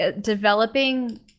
developing